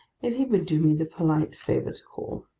if he would do me the polite favour to call.